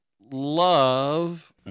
love